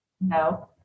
No